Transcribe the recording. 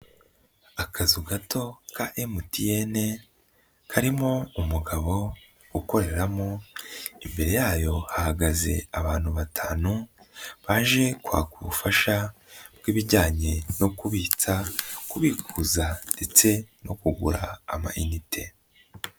Akazu gato ka MTN karimo umugabo ukoreramo imbere yayo hahagaze abantu batanu baje kwaka ubufasha bw'ibijyanye no kubitsa, kubikuza ndetse no kugura amayinite.